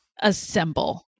assemble